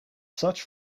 such